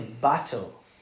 battle